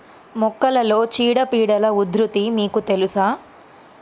మొక్కలలో చీడపీడల ఉధృతి మీకు తెలుసా?